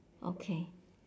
okay